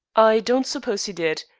i don't suppose he did.